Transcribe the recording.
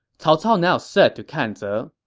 cao cao now said to kan ze,